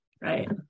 Right